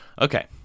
Okay